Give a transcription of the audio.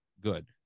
good